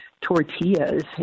tortillas